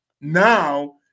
now